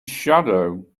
shadow